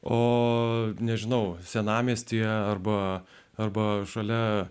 o nežinau senamiestyje arba arba šalia